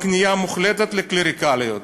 בכניעה מוחלטת לקלריקליות.